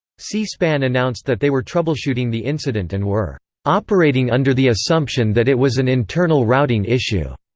c-span announced that they were troubleshooting the incident and were operating under the assumption that it was an internal routing issue.